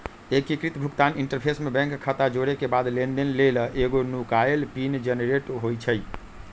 एकीकृत भुगतान इंटरफ़ेस में बैंक खता जोरेके बाद लेनदेन लेल एगो नुकाएल पिन जनरेट होइ छइ